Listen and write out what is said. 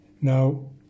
Now